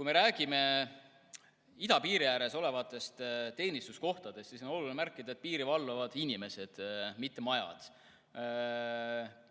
Kui me räägime idapiiri ääres olevatest teenistuskohtadest, siis on oluline märkida, et piiri valvavad inimesed, mitte majad.